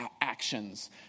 actions